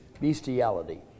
bestiality